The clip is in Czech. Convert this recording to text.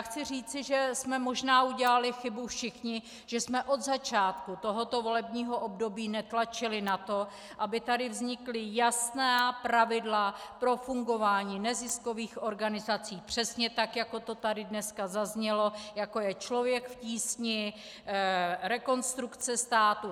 Chci říci, že jsme možná udělali chybu všichni, že jsme od začátku tohoto volebního období netlačili na to, aby tady vznikla jasná pravidla pro fungování neziskových organizací, přesně tak jako to tady zaznělo, jako je Člověk v tísni, Rekonstrukce státu.